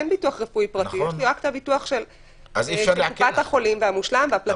לי אין יש לי רק הביטוח של קופת החולים והמושלם והפלטיניום.